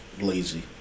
lazy